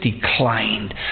declined